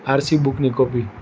RC બૂકની copy